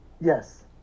Yes